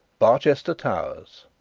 barchester towers,